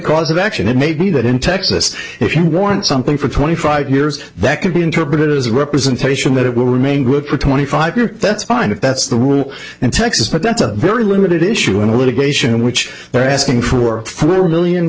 cause of action it may be that in texas if you want something for twenty five years that could be interpreted as a representation that it will remain good for twenty five years that's fine if that's the rule in texas but that's a very limited issue in the litigation which they're asking for one million